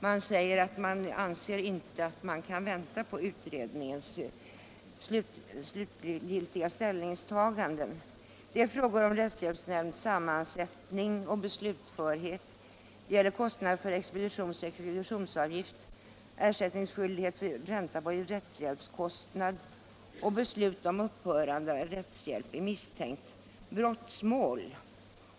Man anser sig inte kunna vänta på utredningens slutgiltiga ställningstaganden. Förslagen gäller frågor om rättshjälpsnämnds sammansättning och beslutförhet, kostnaderna för expeditionsoch exekutionsavgift, ersättningsskyldighet för ränta på rättshjälpskostnad och beslut om upphörande av rättshjälp åt misstänkt i brottmål.